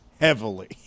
Heavily